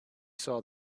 saw